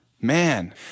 Man